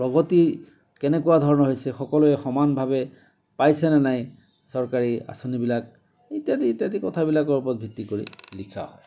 প্ৰগতি কেনেকুৱা ধৰণৰ হৈছে সকলোৱে সমানভাৱে পাইছেনে নাই চৰকাৰী আঁচনিবিলাক ইত্যাদি ইত্যাদি কথাবিলাকৰ ওপৰত ভিত্তি কৰি লিখা হয়